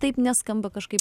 taip nes skamba kažkaip